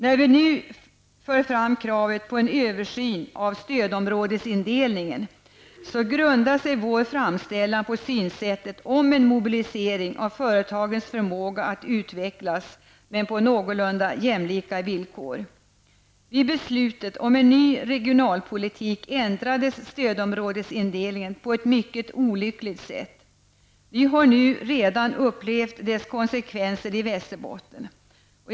När vi nu för fram kravet på en översyn av stödområdesindelningen grundar sig vår framställan på kravet på en mobilisering av företagens förmåga att utvecklas men på någorlunda jämlika villkor. Vid beslutet om en ny regionalpolitik ändrades stödområdesindelningen på ett mycket olyckligt sätt. Vi har redan nu upplevt dess konsekvenser i Västerbotten.